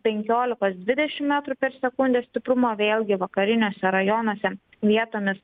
penkiolikos dvidešimt metrų per sekundę stiprumo vėlgi vakariniuose rajonuose vietomis